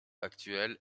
actuelle